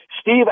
Steve